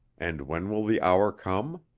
and when will the hour come?